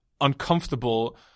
uncomfortable